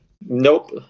Nope